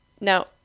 Now